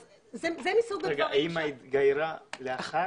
רגע, האמא התגיירה לאחר?